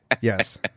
yes